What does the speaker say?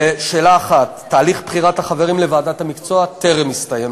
לשאלה 1: תהליך בחירת החברים לוועדת המקצוע טרם הסתיים.